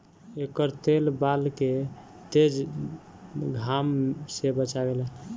एकर तेल बाल के तेज घाम से बचावेला